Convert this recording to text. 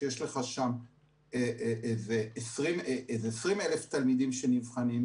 שיש לך שם איזה 20,000 תלמידים שנבחנים.